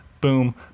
Boom